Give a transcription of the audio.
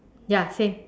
ya same